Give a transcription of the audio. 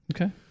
Okay